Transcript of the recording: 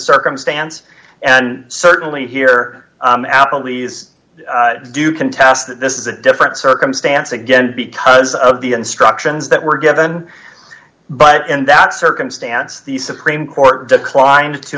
circumstance and certainly here appleby's do contest that this is a different circumstance again because of the instructions that were given but in that circumstance the supreme court declined to